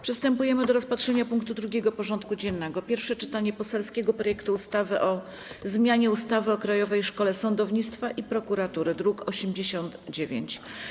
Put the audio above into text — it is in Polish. Przystępujemy do rozpatrzenia punktu 2. porządku dziennego: Pierwsze czytanie poselskiego projektu ustawy o zmianie ustawy o Krajowej Szkole Sądownictwa i Prokuratury (druk nr 89)